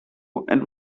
and